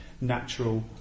natural